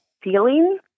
feeling